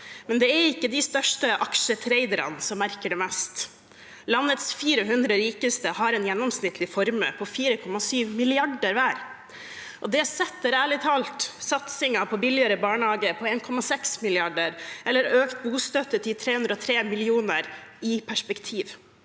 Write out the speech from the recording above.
men det er ikke de største aksjetraderne som merker det mest. Landets 400 rikeste har en gjennomsnittlig formue på 4,7 mrd. kr hver, og det setter ærlig talt satsingen på billigere barnehager på 1,6 mrd. kr eller økt bostøtte til 303 mill. kr i perspektiv.